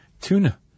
tuna